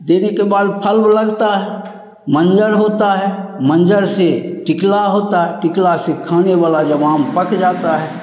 देने के बाद ऊ फल में लगता है मंजर होता है मंजर से टिकला होता है टिकला से खाने वाला जब आम पक जाता है